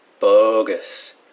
bogus